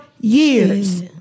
years